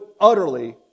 utterly